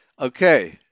Okay